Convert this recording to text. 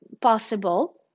possible